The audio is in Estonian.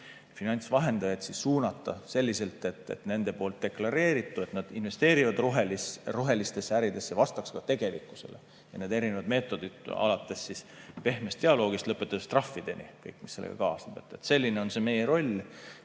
finantsvahendajaid suunata selliselt, et nende deklareeritu, et nad investeerivad rohelistesse äridesse, vastaks ka tegelikkusele. Erinevad meetodid, alates pehmest dialoogist lõpetades trahvideni – kõik, mis sellega kaasneb. Selline on meie roll,